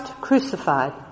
crucified